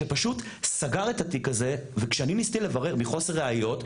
שפשוט סגר את התיק הזה מחוסר ראיות,